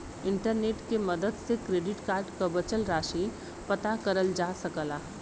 internet के मदद से क्रेडिट कार्ड क बचल राशि पता करल जा सकला